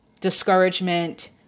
discouragement